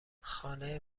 خانه